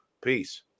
Peace